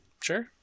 Sure